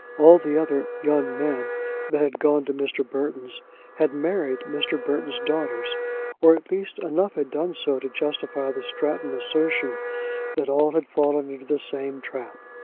all the other young men that had gone to mr. burton's had married mr. burton's daughters or, at least, enough had done so to justify the stratton assertion that all had fallen into the same trap.